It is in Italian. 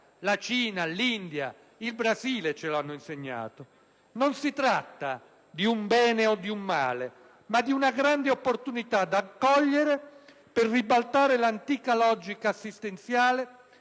la Cina, l'India, il Brasile ce l'hanno insegnato. Non si tratta di un bene o di un male, ma di una grande opportunità da accogliere per ribaltare l'antica logica assistenziale